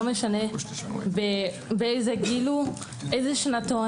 לא משנה באיזה גיל ואיזה שנתון.